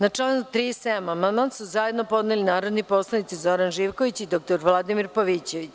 Na član 37. amandman su zajedno podneli narodni poslanici Zoran Živković i dr Vladimir Pavićević.